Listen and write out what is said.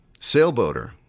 sailboater